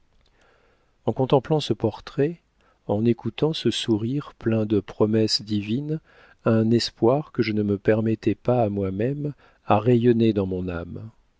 en contemplant ce portrait en écoutant ce sourire plein de promesses divines un espoir que je ne me permettais pas à moi-même a rayonné dans mon âme